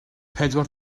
pedwar